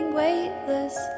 weightless